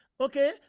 Okay